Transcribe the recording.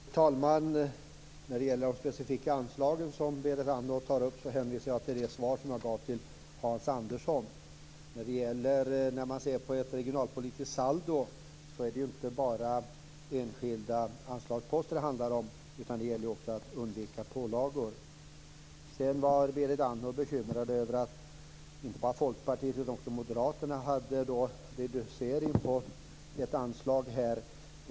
Fru talman! När det gäller de specifika anslag som Berit Andnor tar upp hänvisar jag till det svar som jag gav till Hans Andersson. När man ser på ett regionalpolitiskt saldo är det inte bara enskilda anslagsposter det handlar om. Det gäller också att undvika pålagor. Sedan var Berit Andnor bekymrad över att inte bara Folkpartiet utan också Moderaterna föreslår reducering av ett anslag.